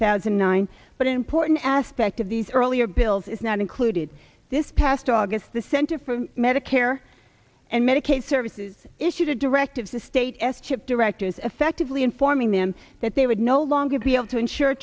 thousand and nine but important aspect of these earlier bills is not included this past august the center for medicare and medicaid services issued a directive to state s chip directors effectively informing them that they would no longer be able to insure